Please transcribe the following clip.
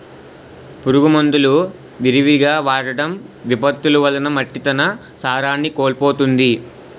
పురుగు మందులు విరివిగా వాడటం, విపత్తులు వలన మట్టి తన సారాన్ని కోల్పోతుంది